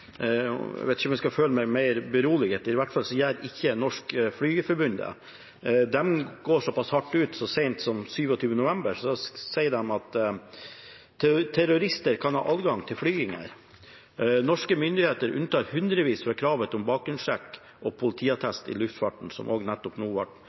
Jeg vet ikke om jeg skal føle meg mer beroliget. I hvert fall gjør ikke Norsk Flygerforbund det. De går såpass hardt ut at de, så sent som den 27. november, sier at terrorister kan ha adgang til flyvninger. Norske myndigheter unntar hundrevis i luftfarten fra kravet om bakgrunnssjekk og